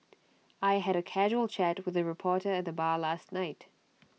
I had A casual chat with A reporter at the bar last night